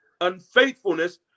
unfaithfulness